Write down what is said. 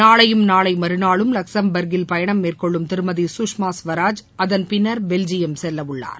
நாளையும் நாளை மறுநாளும் லக்சும்பார்க்கில் பயணம் மேற்கொள்ளும் திருமதி சுஷ்மா சுவராஜ் அதன் பின்னர் பெல்ஜியம் செல்லவுள்ளார்